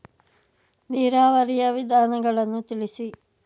ನೀರಾವರಿಯ ವಿಧಾನಗಳನ್ನು ತಿಳಿಸಿ?